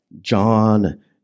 John